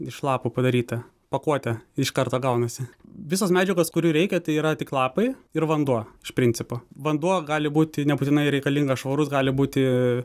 iš lapų padaryta pakuotė iš karto gaunasi visos medžiagos kurių reikia tai yra tik lapai ir vanduo iš principo vanduo gali būti nebūtinai reikalingas švarus gali būti